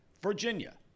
Virginia